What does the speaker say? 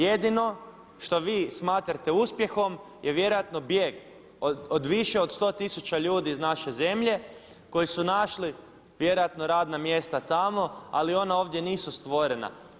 Jedino što vi smatrate uspjehom je vjerojatno bijeg od više od 100 tisuća ljudi iz naše zemlje koji su našli vjerojatno radna mjesta tamo ali ona ovdje nisu stvorena.